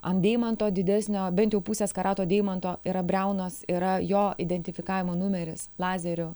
ant deimanto didesnio bent jau pusės karato deimanto ir briaunos yra jo identifikavimo numeris lazeriu